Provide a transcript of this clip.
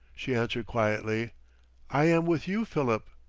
she answered quietly i am with you, philip.